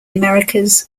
americas